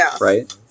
right